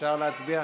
אפשר להצביע?